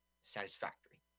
satisfactory